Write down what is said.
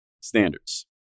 standards